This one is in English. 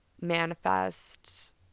manifest